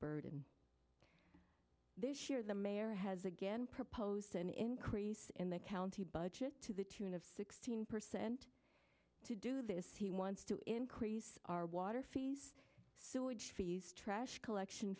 burden this year the mayor has again proposed an increase in the county budget to the tune of sixteen percent to do this he wants to increase our water fees sewage fees trash collection